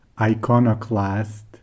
iconoclast